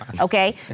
Okay